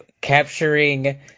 capturing